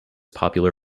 popular